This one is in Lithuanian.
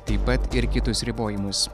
taip pat ir kitus ribojimus